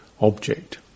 object